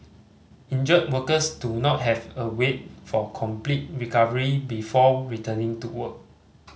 injured workers do not have await for complete recovery before returning to work